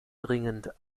dringend